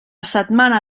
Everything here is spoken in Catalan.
setmana